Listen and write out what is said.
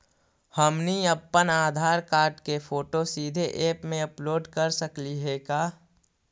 हमनी अप्पन आधार कार्ड के फोटो सीधे ऐप में अपलोड कर सकली हे का?